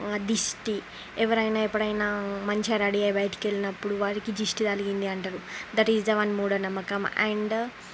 దిష్టి ఎవరైనా ఎప్పుడైనా మంచిగా రెడీ అయ్యి బయటకి వెళ్ళినప్పుడు వాడికి దిష్టి తగిలింది అంటారు దట్ ఈజ్ ద వన్ మూఢనమ్మకం